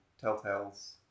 Telltale's